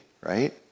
right